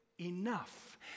enough